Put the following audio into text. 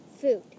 food